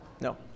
No